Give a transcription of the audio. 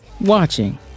watching